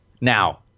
Now